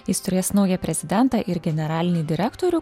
jis turės naują prezidentą ir generalinį direktorių